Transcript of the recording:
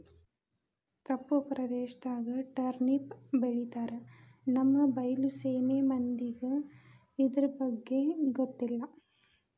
ತಪ್ಪು ಪ್ರದೇಶದಾಗ ಟರ್ನಿಪ್ ಬೆಳಿತಾರ ನಮ್ಮ ಬೈಲಸೇಮಿ ಮಂದಿಗೆ ಇರ್ದಬಗ್ಗೆ ಗೊತ್ತಿಲ್ಲ